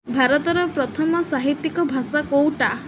ଭାରତର ପ୍ରଥମ ସାହିତିକ ଭାଷା କେଉଁଟା